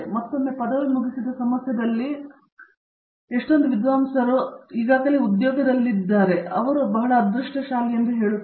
ಮತ್ತೊಮ್ಮೆ ಪದವಿ ಮುಗಿಸಿದ ಸಮಯದಲ್ಲಿ ನನ್ನ ವಿದ್ವಾಂಸರು ಈಗಾಗಲೇ ಉದ್ಯೋಗದಲ್ಲಿದ್ದರು ಎಂದು ನಾನು ಬಹಳ ಅದೃಷ್ಟಶಾಲಿಯಾಗಿ ಹೇಳಿದ್ದೇನೆ